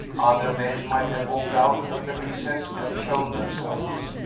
other men might have walked out of the recess and shown themselves.